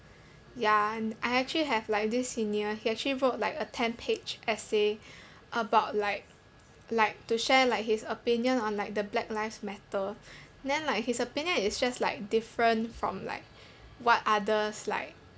ya I actually have like this senior he actually wrote like a ten page essay about like like to share like his opinion on like the black lives matter then like his opinion is just like different from like what others like